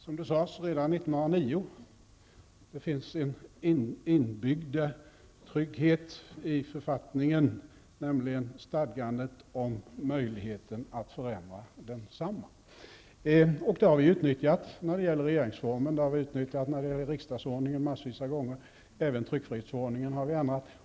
Som det sades redan år 1909, finns det en inbyggd trygghet i författningen, nämligen stadgandet om möjligheten att förändra densamma. Det har vi utnyttjat när det gäller regeringsformen, riksdagsordningen och tryckfrihetsförordningen.